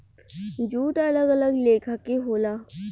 jute अलग अलग लेखा के होला